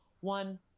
one